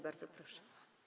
Bardzo proszę.